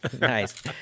nice